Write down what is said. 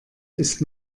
ist